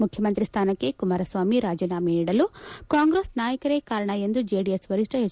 ಮುಖ್ಯಮಂತ್ರಿ ಸ್ಥಾನಕ್ಕೆ ಕುಮಾರಸ್ವಾಮಿ ರಾಜೀನಾಮಿ ನೀಡಲು ಕಾಂಗ್ರೆಸ್ ನಾಯಕರೇ ಕಾರಣ ಎಂದು ಜೆಡಿಎಸ್ ವರಿಷ್ಣ ಎಚ್